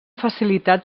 facilitat